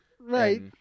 Right